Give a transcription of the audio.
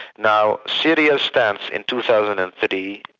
now syria stands in two thousand and three,